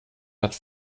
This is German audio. hat